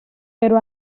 pero